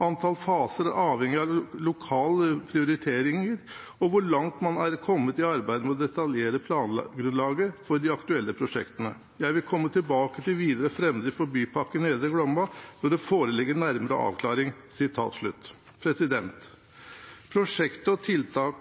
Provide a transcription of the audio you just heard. Antall faser er avhengig av lokale prioriteringer og hvor langt man er kommet i arbeidet med å detaljere plangrunnlaget for de aktuelle prosjektene. Jeg vil komme tilbake til videre fremdrift for Bypakke Nedre Glomma når det foreligger nærmere avklaringer.» Prosjekter og tiltak